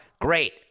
Great